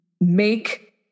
make